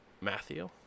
Matthew